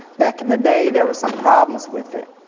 back in the day, there was some problems with it.